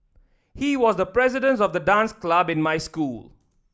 he was the president of the dance club in my school